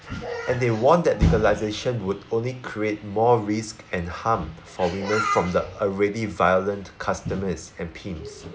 and they warn that legalisation would only create more risk and harm for women from the already violent customers and pimps